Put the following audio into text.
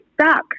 stuck